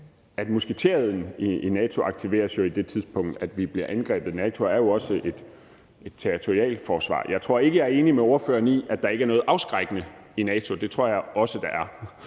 at musketereden i NATO aktiveres på det tidspunkt, vi bliver angrebet. NATO er jo også et territorialforsvar. Jeg tror ikke, jeg er enig med ordføreren i, at der ikke er noget afskrækkende i NATO. Det tror jeg også at der er.